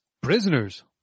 Prisoners